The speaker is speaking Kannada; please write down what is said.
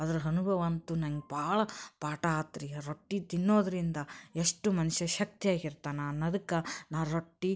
ಅದರ ಅನುಭವ ಅಂತೂ ನಂಗೆ ಭಾಳ ಪಾಠ ಆತು ರೀ ರೊಟ್ಟಿ ತಿನ್ನೋದರಿಂದ ಎಷ್ಟು ಮನುಷ್ಯ ಶಕ್ತಿಯಾಗಿ ಇರ್ತಾನೆ ಅನ್ನೋದಕ್ಕ ನಾ ರೊಟ್ಟಿ